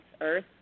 earth